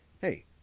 hey